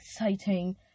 exciting